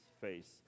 face